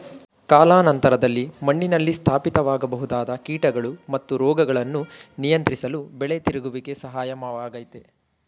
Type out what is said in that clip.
ಕಾಲಾನಂತರದಲ್ಲಿ ಮಣ್ಣಿನಲ್ಲಿ ಸ್ಥಾಪಿತವಾಗಬಹುದಾದ ಕೀಟಗಳು ಮತ್ತು ರೋಗಗಳನ್ನು ನಿಯಂತ್ರಿಸಲು ಬೆಳೆ ತಿರುಗುವಿಕೆ ಸಹಾಯಕ ವಾಗಯ್ತೆ